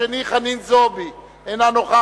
השני, חברת הכנסת חנין זועבי, אינה נוכחת.